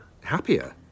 Happier